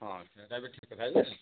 ହଁ ସେହିଟା ବି ଠିକ୍ କଥା ଯେ